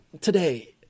today